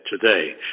today